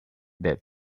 that